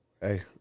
Hey